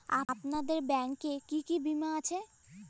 আপনাদের ব্যাংক এ কি কি বীমা আছে?